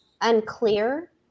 unclear